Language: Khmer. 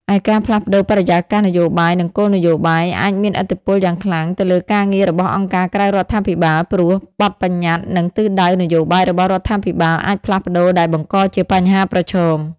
ឯការផ្លាស់ប្ដូរបរិយាកាសនយោបាយ និងគោលនយោបាយ អាចមានឥទ្ធិពលយ៉ាងខ្លាំងទៅលើការងាររបស់អង្គការក្រៅរដ្ឋាភិបាល ព្រោះ បទប្បញ្ញត្តិ និងទិសដៅនយោបាយរបស់រដ្ឋាភិបាលអាចផ្លាស់ប្ដូរដែលបង្កជាបញ្ហាប្រឈម។